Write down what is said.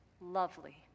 lovely